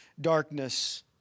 darkness